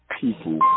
people